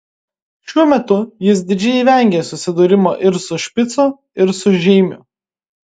šiuo metu jis didžiai vengė susidūrimo ir su špicu ir su žeimiu